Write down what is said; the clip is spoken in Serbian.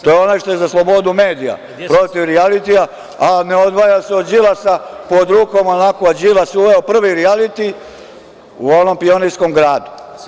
To je onaj što je za slobodu medija, protiv rijalitija, a ne odvaja se od Đilasa, pod rukom onako, a Đilas uveo prvi rijaliti u onom Pionirskom gradu.